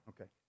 Okay